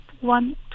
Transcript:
one